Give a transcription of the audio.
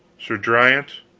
sir driant,